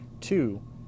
two